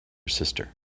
sister